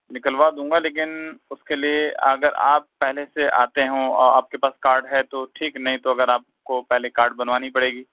نکلوا دوں گا لیکن اُس کے لیے اگر آپ پہلے سے آتے ہوں اور آپ کے پاس کارڈ ہے تو ٹھیک نہیں تو اگر آپ کو پہلے کارڈ بنوانی پڑے گی